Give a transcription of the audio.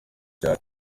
cyane